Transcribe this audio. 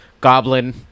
goblin